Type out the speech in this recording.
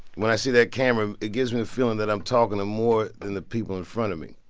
when i see that camera, it gives me a feeling that i'm talking to more than the people in front of me.